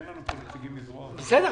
אין לנו את הנציגים מזרוע עבודה --- בסדר,